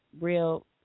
real